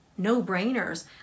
No-brainers